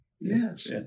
Yes